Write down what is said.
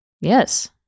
Yes